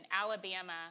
Alabama